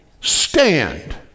stand